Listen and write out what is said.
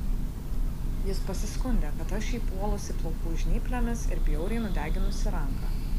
jis pasiskundė kad aš jį puolusi plaukų žnyplėmis ir bjauriai nudeginusi ranką